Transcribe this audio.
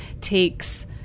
takes